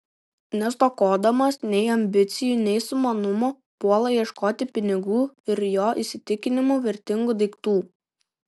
nestokodamas nei ambicijų nei sumanumo puola ieškoti pinigų ir jo įsitikinimu vertingų daiktų